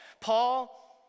Paul